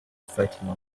fatima